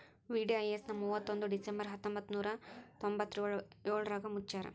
VDIS ನ ಮುವತ್ತೊಂದ್ December ಹತ್ತೊಂಬತ್ ನೂರಾ ತೊಂಬತ್ತಯೋಳ್ರಾಗ ಮುಚ್ಚ್ಯಾರ